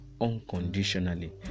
unconditionally